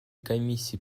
комиссии